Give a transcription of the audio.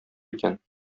икән